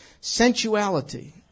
Sensuality